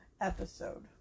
Episode